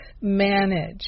manage